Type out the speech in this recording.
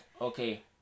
okay